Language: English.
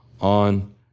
on